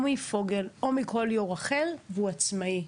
מפוגל או מכל יושב-ראש אחר והוא עצמאי.